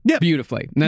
Beautifully